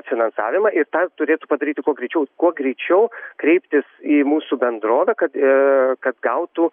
finansavimą į tą turėtų padaryti kuo greičiau kuo greičiau kreiptis į mūsų bendrovę kad kad gautų